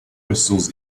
crystals